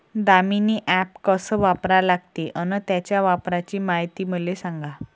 Damini app कस वापरा लागते? अन त्याच्या वापराची मायती मले सांगा